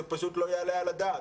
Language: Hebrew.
זה פשוט לא יעלה על הדעת.